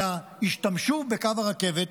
אלא השתמשו בקו הרכבת.